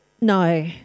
no